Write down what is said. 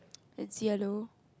it's yellow